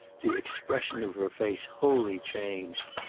the expression of her face wholly changed.